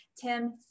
Tim